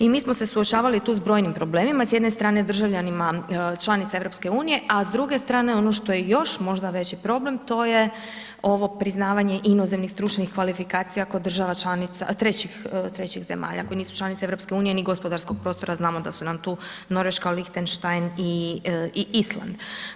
I mi smo se suočavali tu s brojnim problemima, s jedne strane državljanima članica EU, a s druge strane ono što je još možda veći problem, to je ovo priznavanje inozemnih stručnih kvalifikacija kod država članica, trećih zemalja koje nisu članice EU ni gospodarskog prostora, a znamo da su nam tu Norveška, Lihtenštajn i Island.